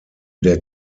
der